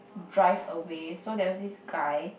drive away so there was this guy